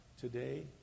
today